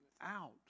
out